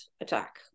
attack